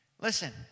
Listen